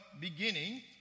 beginning